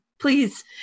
Please